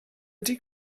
ydy